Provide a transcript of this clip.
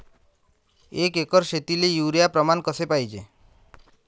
एक एकर शेतीले युरिया प्रमान कसे पाहिजे?